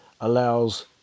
allows